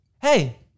Hey